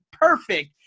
Perfect